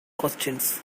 questions